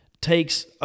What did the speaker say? takes